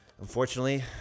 Unfortunately